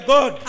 God